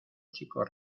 chicos